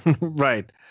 right